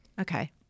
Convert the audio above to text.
Okay